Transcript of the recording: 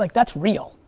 like that's real.